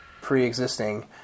pre-existing